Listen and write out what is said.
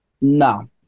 No